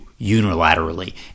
unilaterally